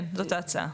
כן זאת ההצעה.